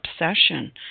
obsession